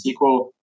SQL